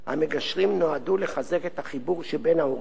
המגשרים נועדו לחזק את החיבור שבין ההורים,